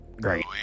great